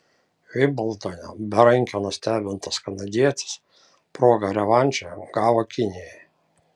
vimbldone berankio nustebintas kanadietis progą revanšui gavo kinijoje